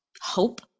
hope